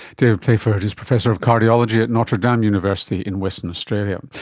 david playford is professor of cardiology at notre dame university in western australia. um